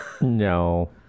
No